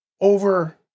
over